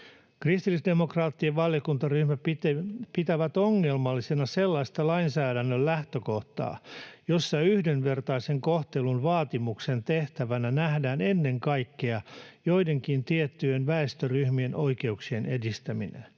Kristillisdemokraattien valiokuntaryhmät pitävät ongelmallisena sellaista lainsäädännön lähtökohtaa, jossa yhdenvertaisen kohtelun vaatimuksen tehtävänä nähdään ennen kaikkea joidenkin tiettyjen väestöryhmien oikeuksien edistäminen.